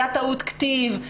הייתה טעות כתיב,